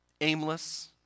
aimless